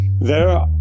There